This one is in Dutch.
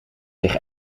zich